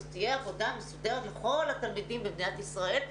זאת תהיה עבודה מסודרת לכל התלמידים במדינת ישראל,